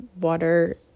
water